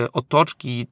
otoczki